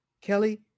Kelly